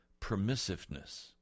permissiveness